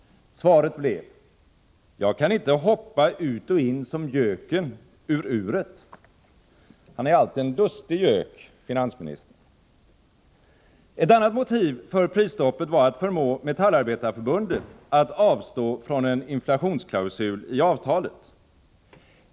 Svaret blev: Jag kan inte hoppa ut och in som göken ur uret. Han är allt en lustig gök, finansministern. Ett annat motiv för prisstoppet var att förmå Metallindustriarbetareförbundet att avstå från en inflationsklausul i avtalet.